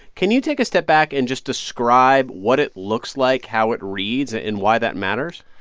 can you take a step back and just describe what it looks like, how it reads and and why that matters?